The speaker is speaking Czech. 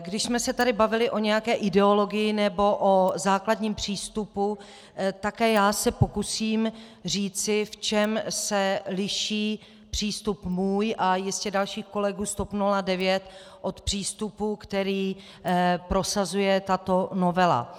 Když jsme se tady bavili o nějaké ideologii nebo o základním přístupu, také já se pokusím říci, v čem se liší přístup můj a jistě dalších kolegů z TOP 09 od přístupu, který prosazuje tato novela.